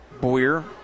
Boyer